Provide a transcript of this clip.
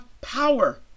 power